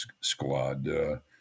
squad